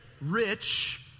Rich